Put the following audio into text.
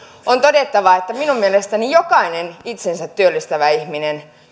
on todettava että minun mielestäni jokainen itsensä työllistävä ihminen